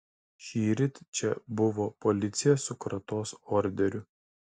šįryt čia buvo policija su kratos orderiu